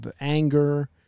anger